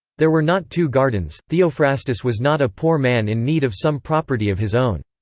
there were not two gardens theophrastus was not a poor man in need of some property of his own.